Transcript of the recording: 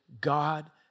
God